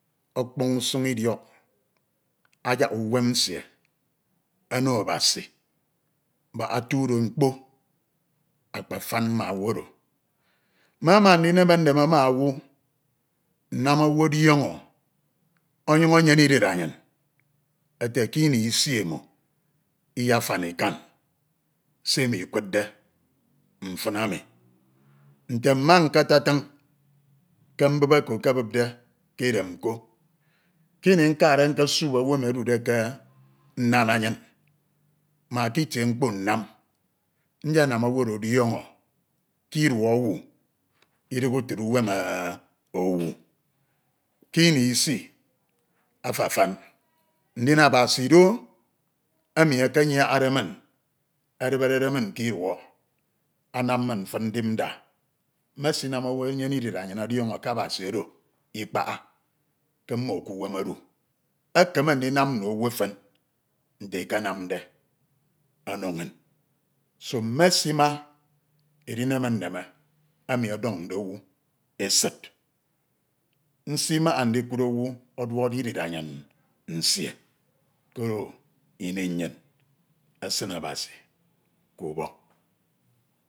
Ekpọñ usun idiok, ayak uwem nsie ono Abasi mbak etudo mkpo akpafan ma owu oro mmema ndineme nneme ma owu nnam owu ọdiọñọ onyuñ enyene idirianyen ete ke ini isi imo iyefan ikin se imo ikudde mfin ami. Nte mma nketetin ke mbup oko ekebupde ke edem ko kini nkade nkesube owu emi edude ke nnan enyin, ma ke itie mkpo nnam nyenam owu oro ọdiọñọ ke iduọ owu idighe utid uwem owu ke ini isi afafan ndin Abasi do emj ekenyiañade min, ediberede min ke iduo anam min mfin ndip nda. Mesiam owu enyane idiriayan ọdiọñọ ke Abasj oro ikpaha ke mmo ƙuwem edu ekeme ndinam nno owh efan nte ekenamde ono ioñ seo mmesima ediname nneme emi ọdọñde owu esid nsimaha ndikud owu ọduọkde idiriayin nsie koro ini nnyin esine Abasi ke ubok